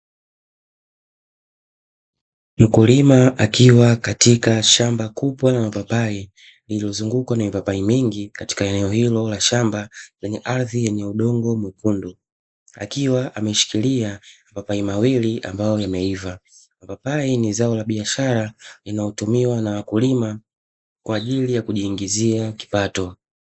Mkulima akiwa katika shamba kubwa la mapapai liliozungukwa na mipapai mingi katika eneo hilo la shamba lenye ardhi yenye udongo mwekundu, akiwa ameshikilia mapapai mawili ambao yameiva, mapapai ni zao la biashara linaotumiwa na wakulima kwa ajili ya kujiingizia kipato.